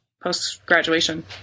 post-graduation